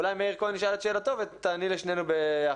אולי מאיר כהן ישאל את שאלתו ותעני לשנינו ביחד.